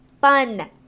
fun